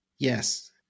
Yes